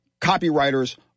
copywriters